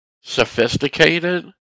sophisticated